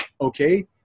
okay